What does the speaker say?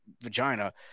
vagina